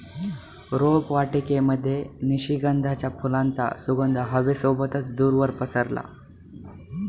रोपवाटिकेमध्ये निशिगंधाच्या फुलांचा सुगंध हवे सोबतच दूरवर पसरला